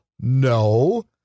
no